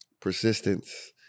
Persistence